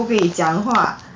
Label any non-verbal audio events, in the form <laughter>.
<noise>